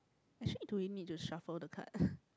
actually do we need to shuffle the card